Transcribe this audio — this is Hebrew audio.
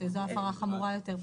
כי זו הפרה חמורה יותר.